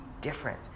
different